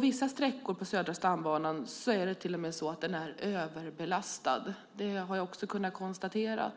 Vissa sträckor på Södra stambanan är överbelastad. Det har jag också kunnat konstatera.